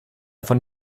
von